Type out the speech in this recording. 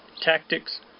tactics